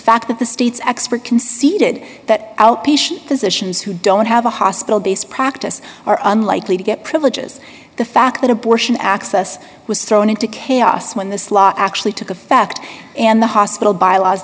fact that the state's expert conceded that outpatient positions who don't have a hospital based practice are unlikely to get privileges the fact that abortion access was thrown into chaos when this law actually took effect and the hospital bylaws